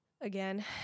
again